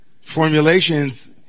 formulations